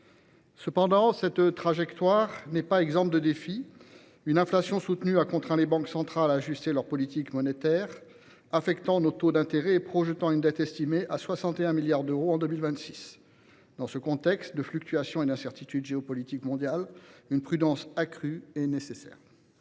Cependant, cette trajectoire n’est pas exempte de défis. Une inflation soutenue a contraint les banques centrales à ajuster leur politique monétaire, affectant nos taux d’intérêt et projetant une dette estimée à 61 milliards d’euros en 2026. Dans ce contexte de fluctuations et d’incertitudes géopolitiques mondiales, une prudence accrue s’impose.